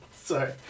Sorry